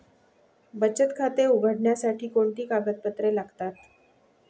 बचत खाते उघडण्यासाठी कोणती कागदपत्रे लागतात?